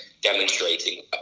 demonstrating